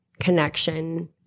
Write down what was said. Connection